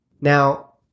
Now